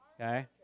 Okay